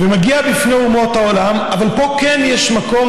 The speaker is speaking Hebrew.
ומביע בפני אומות העולם, אבל פה כן יש מקום.